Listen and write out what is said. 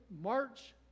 March